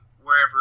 wherever